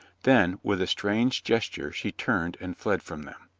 then, with a strange gesture she turned and fled from them.